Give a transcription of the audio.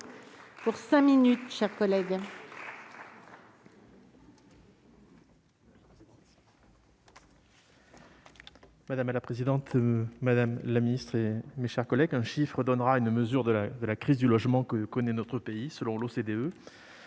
Madame la présidente, madame la ministre, mes chers collègues, un chiffre donnera la mesure de la crise du logement que connaît notre pays : selon l'OCDE,